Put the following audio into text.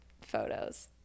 photos